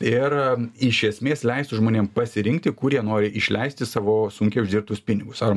ir iš esmės leistų žmonėm pasirinkt kur jie nori išleisti savo sunkiai uždirbtus pinigus ar